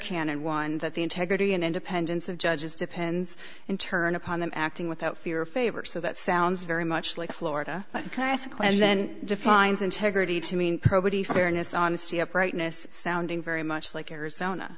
cannon one that the integrity and independence of judges depends in turn upon them acting without fear or favor so that sounds very much like florida and then defines integrity to mean probity fairness honesty uprightness sounding very much like arizona